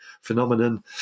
phenomenon